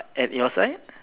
uh at your side